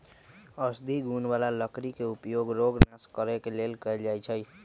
औषधि गुण बला लकड़ी के उपयोग रोग नाश करे लेल कएल जाइ छइ